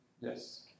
Yes